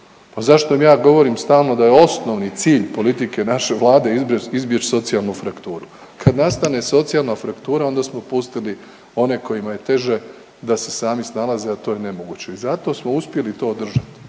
vam ja govorim stalno da je osnovni cilj politike naše vlade izbjeć socijalnu frakturu, kad nastane socijalna fraktura onda smo pustili one kojima je teže da se sami snalaze, a to je nemoguće i zato smo uspjeli to održat.